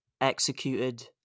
executed